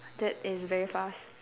that is very fast